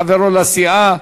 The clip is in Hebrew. חברו לסיעה.